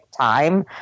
time